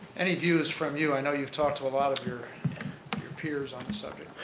any views from you i know you've talked to a lot of your your peers on the subject.